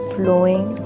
flowing